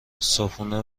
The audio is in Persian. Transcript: صبحونه